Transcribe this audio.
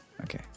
Okay